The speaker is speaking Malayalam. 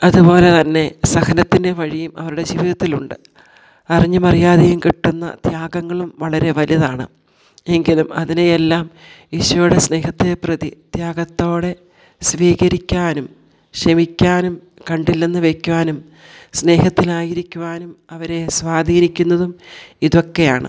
അതുപോലെ തന്നെ സഹനത്തിൻ്റെ വഴിയും അവരുടെ ജീവിതത്തിലുണ്ട് അറിഞ്ഞും അറിയാതെയും കിട്ടുന്ന ത്യാഗങ്ങളും വളരെ വലുതാണ് എനിക്ക് അത് അതിനെയെല്ലാം ഈശോടെ സ്നേഹത്തെ പ്രതിത്യാഗത്തോടെ സ്വീകരിക്കാനും ക്ഷമിക്കാനും കണ്ടില്ലെന്ന് വയ്ക്കാനും സ്നേഹത്തിലായി ഇരിക്കുവാനും അവരെ സ്വാധീനിക്കുന്നതും ഇതൊക്കെയാണ്